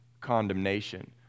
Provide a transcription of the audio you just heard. condemnation